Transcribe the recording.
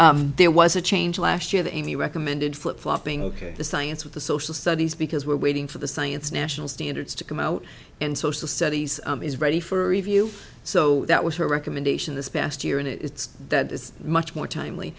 actually there was a change last year that any recommended flip flopping ok the science with the social studies because we're waiting for the science national standards to come out and social studies is ready for review so that was her recommendation this past year and it's that is much more timely